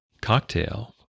cocktail